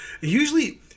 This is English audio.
usually